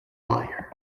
lyre